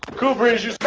collaboration